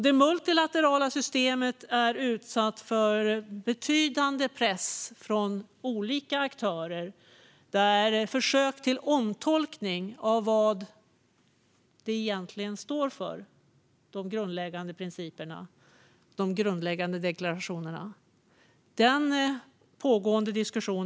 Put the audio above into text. Det multilaterala systemet är utsatt för betydande press från olika aktörer, där det ingår försök till omtolkning av vad de grundläggande principerna och deklarationerna egentligen står för.